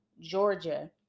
Georgia